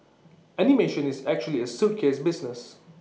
animation is actually A suitcase business